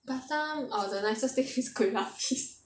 batam orh the nicest thing is kueh lapis